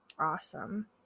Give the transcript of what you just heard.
awesome